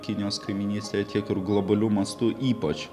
kinijos kaimynystėje tiek ir globaliu mastu ypač